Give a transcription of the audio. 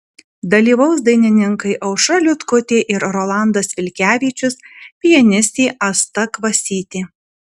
dalyvaus dainininkai aušra liutkutė ir rolandas vilkevičius pianistė asta kvasytė